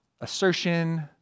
assertion